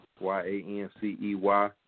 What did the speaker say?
Y-A-N-C-E-Y